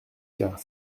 cas